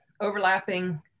overlapping